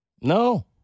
no